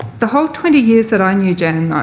the whole twenty years that i knew jan, though,